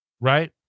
right